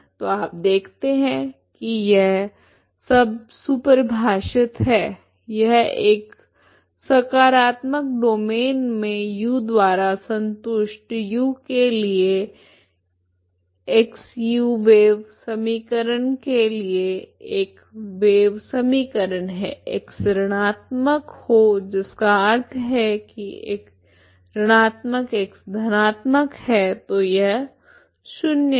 तो आप देखते हैं कि यह सब सूपरिभाषित है यह एक सकारात्मक डोमैन में U द्वारा संतुष्ट U के लिए X U वेव समीकरण के लिए एक वेव समीकरण है X ऋणात्मक हो जिसका अर्थ है कि ऋणात्मक X धनात्मक है तो यह शून्य है